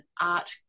art